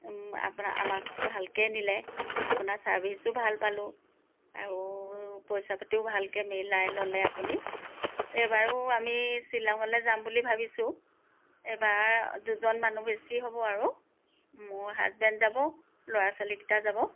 আপোনাক আমাক ভালকৈ নিলে আপোনাৰ ছাৰ্ভিছো ভাল পালোঁ আৰু পইচা পাতিও ভালকৈ মিলাই ল'লে আপুনি এইবাৰো আমি শ্ৱিলঙলৈ যাম বুলি ভাবিছোঁ এবাৰ দুজন মানুহ বেছি হ'ব আৰু মোৰ হাছবেণ্ড যাম ল'ৰা ছোৱালীকেইটা যাব